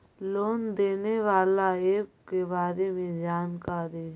Loan देने बाला app के बारे मे जानकारी?